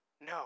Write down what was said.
No